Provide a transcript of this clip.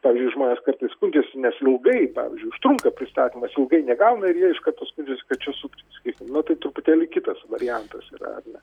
pavyzdžiui žmonės kartais skundžiasi nes ilgai pavyzdžiui užtrunka pristatymas ilgai negauna ir jie iš karto skundžiasi kad čia sukčiai sakykim nu tai truputėlį kitas variantas yra ar ne